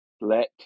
let